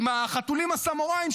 עם החתולים הסמוראים,